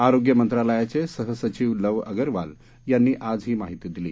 आरोग्य मंत्रालयाचे सह सचिव लव अगरवाल यांनी आज ही माहिती दिली